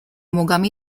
mogami